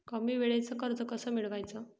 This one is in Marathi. कमी वेळचं कर्ज कस मिळवाचं?